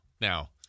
Now